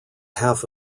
half